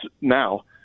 now